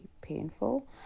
painful